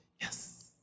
yes